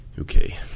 Okay